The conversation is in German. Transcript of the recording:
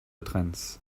trends